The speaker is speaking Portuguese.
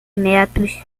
metros